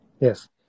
Yes